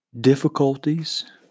difficulties